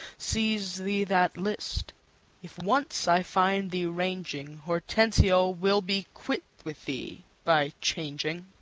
seize thee that list if once i find thee ranging, hortensio will be quit with thee by changing.